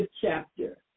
chapter